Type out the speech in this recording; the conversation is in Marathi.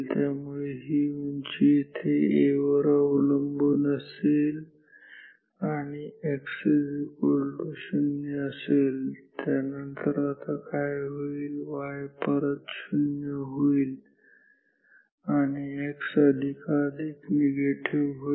त्यामुळे ही उंची इथे A वर अवलंबून असेल आणि x0 असेल आणि या नंतर काय होईल y परत 0 होईल आणि x अधिकाधिक निगेटिव्ह होईल